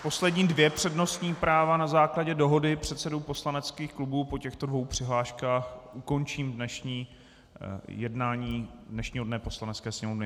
Poslední dvě přednostní práva na základě dohody předsedů poslaneckých klubů po těchto dvou přihláškách ukončím jednání dnešního dne Poslanecké sněmovny.